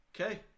Okay